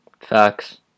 Facts